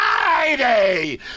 Friday